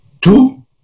Two